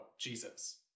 Jesus